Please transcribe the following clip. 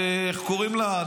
על איך קוראים לה?